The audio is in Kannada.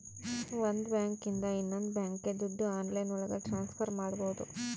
ಒಂದ್ ಬ್ಯಾಂಕ್ ಇಂದ ಇನ್ನೊಂದ್ ಬ್ಯಾಂಕ್ಗೆ ದುಡ್ಡು ಆನ್ಲೈನ್ ಒಳಗ ಟ್ರಾನ್ಸ್ಫರ್ ಮಾಡ್ಬೋದು